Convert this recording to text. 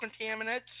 contaminants